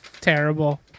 Terrible